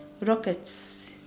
rockets